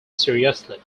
seriously